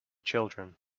children